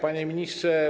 Panie Ministrze!